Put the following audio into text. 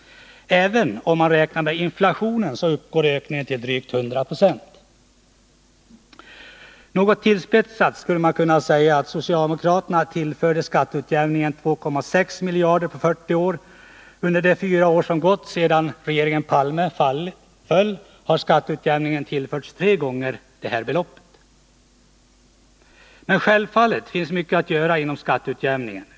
Även om man räknar med inflationen, så uppgår ökningen till drygt 100 96. Något tillspetsat skulle man kunna säga att socialdemokraterna tillförde skatteutjämningen 2,6 miljarder på 40 år. Under de fyra år som gått sedan regeringen Palme föll har skatteutjämningen tillförts medel som uppgår till tre gånger detta belopp. Men självfallet finns mycket att göra inom skatteutjämningen.